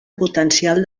potencial